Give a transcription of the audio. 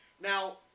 Now